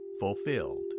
fulfilled